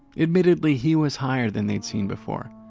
admittedly, he was higher than they'd seen before,